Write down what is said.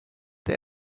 der